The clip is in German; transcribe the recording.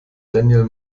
daniel